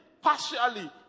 partially